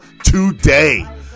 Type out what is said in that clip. today